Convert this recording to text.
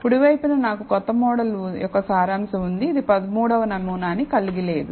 కుడి వైపున నాకు కొత్త మోడల్ యొక్క సారాంశం ఉంది ఇది 13 వ నమూనాను కలిగి లేదు